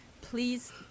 please